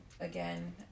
Again